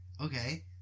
Okay